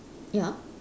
ya